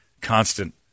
constant